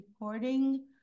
recording